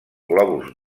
globus